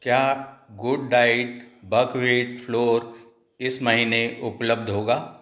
क्या good diet buckwheat flour इस महीने उपलब्ध होगा